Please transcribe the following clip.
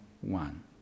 one